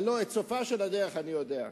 הלוא את סופה של הדרך אני יודע.